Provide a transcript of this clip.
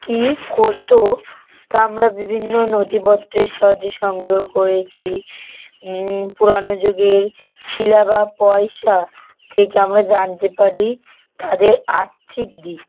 কি করত তা আমরা বিভিন্ন নথিপত্রের সাহায্যে সংগ্রহ করেছি পুরনো যুগের শিলা বা পয়সা থেকে আমরা জানতে পারি তাদের আর্থিক দিক